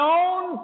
own